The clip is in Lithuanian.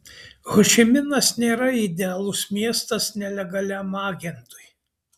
hošiminas nėra idealus miestas nelegaliam agentui